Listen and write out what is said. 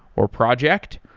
or project.